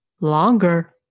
longer